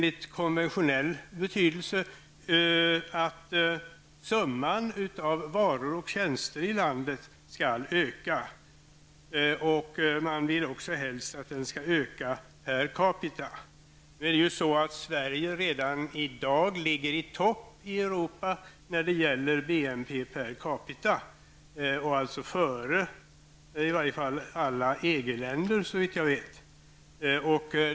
I konventionell betydelse menas att summan av varor och tjänster i landet skall öka. Helst vill man att det skall öka per capita. Sverige ligger redan i dag i topp i Europa när det gäller BNP per capita, dvs. före alla EG-länder såvitt jag vet.